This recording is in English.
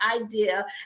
idea